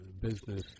business